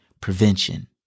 Prevention